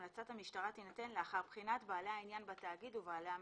המלצת המשטרה תינתן לאחר בחינת בעלי העניין בתאגיד ובעלי המניות.